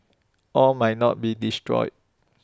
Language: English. all might not be destroyed